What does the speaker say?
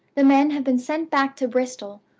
the men have been sent back to bristol,